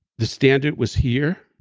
the standard was here.